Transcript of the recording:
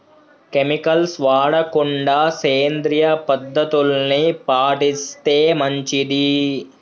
chemicals వాడకుండా సేంద్రియ పద్ధతుల్ని పాటిస్తే మంచిది